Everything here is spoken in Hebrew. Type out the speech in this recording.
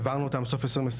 העברנו אותם בסוף 2020,